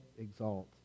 exalt